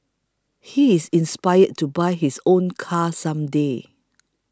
he is inspired to buy his own car some day